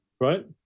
right